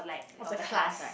of the class